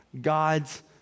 God's